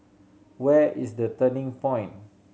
where is The Turning Point